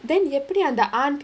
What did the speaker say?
then எப்பிடி அந்த:eppidi andha aunt